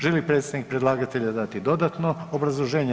Želi li predstavnik predlagatelja dati dodatno obrazloženje?